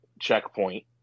checkpoint